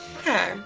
Okay